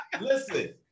Listen